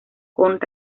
con